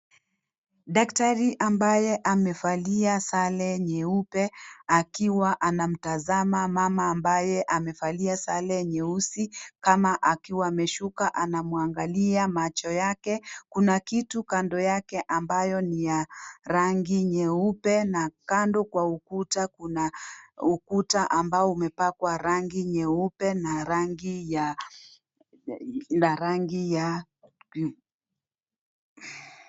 Daktari ambaye amevalia sare nyeupe akiwa anamtazama mama ambaye amevalia sare nyeusi, kama akiwa ameshuka. Anamwangalia macho yake. Kuna kitu kando yake ambayo ni ya rangi nyeupe na kando kwa ukuta kuna ukuta ambao umepakwa rangi nyeupe na rangi ya...